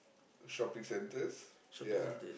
shopping centres ya